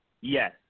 yes